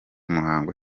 muhango